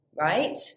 right